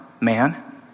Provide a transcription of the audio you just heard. man